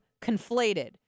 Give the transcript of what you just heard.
conflated